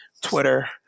Twitter